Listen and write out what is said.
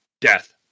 death